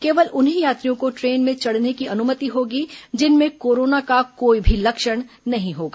केवल उन्हीं यात्रियों को ट्रेन में चढ़ने की अनुमति होगी जिनमें कोरोना का कोई भी लक्षण नहीं होगा